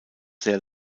sehr